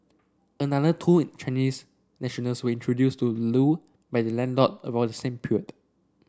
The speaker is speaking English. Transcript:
another two Chinese nationals were introduced to Loo by their landlord around the same period